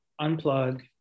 unplug